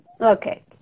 okay